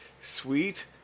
sweet